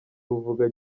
buvuga